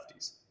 lefties